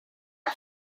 all